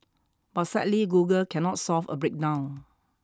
but sadly Google cannot solve a breakdown